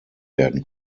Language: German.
werden